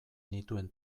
nituen